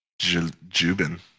Jubin